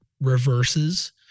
reverses